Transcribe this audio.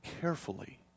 carefully